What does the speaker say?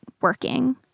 working